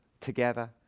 together